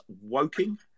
Woking